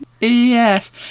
Yes